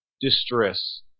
distress